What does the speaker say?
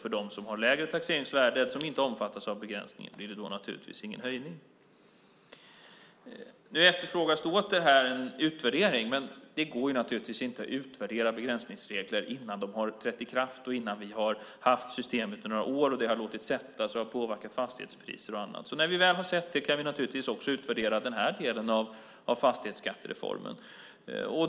För dem som har lägre taxeringsvärde, som inte omfattas av begränsningen, blir det då naturligtvis ingen höjning. Nu efterfrågas åter en utvärdering. Men det går inte att utvärdera begränsningsregler innan de har trätt i kraft, innan vi har haft systemet i några år, det har satt sig och påverkat fastighetspriser och annat. När vi väl har sett det kan vi naturligtvis utvärdera också den här delen av fastighetsskattereformen.